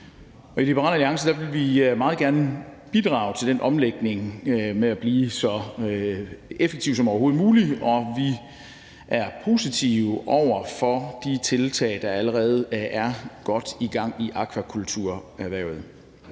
I Liberal Alliance vil vi meget gerne bidrage til den omlægning med at blive så effektive som overhovedet muligt, og vi er positive over for de tiltag, der allerede er godt i gang i akvakulturerhvervet.